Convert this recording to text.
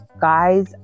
guys